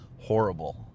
horrible